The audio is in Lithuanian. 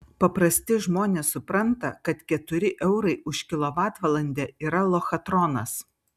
paprasti žmonės supranta kad keturi eurai už kilovatvalandę yra lochatronas